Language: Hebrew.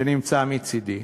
שנמצא מצדי.